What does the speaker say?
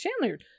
Chandler